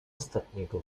ostatniego